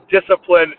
discipline